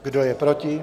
Kdo je proti?